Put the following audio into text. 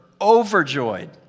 overjoyed